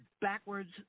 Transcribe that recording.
backwards